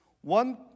One